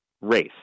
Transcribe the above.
race